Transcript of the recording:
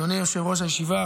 אדוני יושב-ראש הישיבה,